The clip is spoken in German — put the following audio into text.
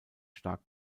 stark